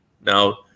Now